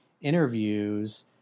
interviews